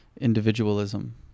individualism